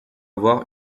avoir